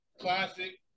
Classic